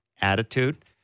attitude